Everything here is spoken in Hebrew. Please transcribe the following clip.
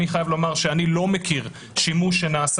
אני חייב לומר שאני לא מכיר שימוש שנעשה